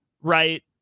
right